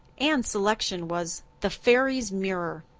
anne's selection was the fairies' mirror.